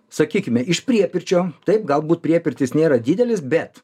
sakykime iš priepirčio taip galbūt priepirtis nėra didelis bet